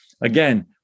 Again